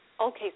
Okay